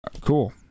Cool